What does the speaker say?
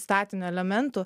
statinio elementų